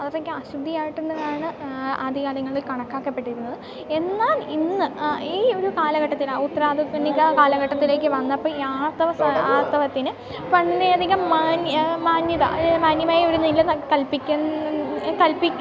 അതൊക്കെ അശുദ്ധിയായിട്ടുള്ളതാണ് ആദ്യകാലങ്ങളിൽ കണക്കാക്കപ്പെട്ടിരുന്നത് എന്നാൽ ഇന്ന് ഈ ഒരു കാലഘട്ടത്തിൽ ഉത്തരാധുനിക കാലഘട്ടത്തിലേക്ക് വന്നപ്പോൾ ഈ ആർത്തവ ആർത്തവത്തിന് വളരെയധികം മാന്യത മാന്യമായി ഒരു നില കൽപ്പിക്കുന്ന കൽപ്പിച്ച്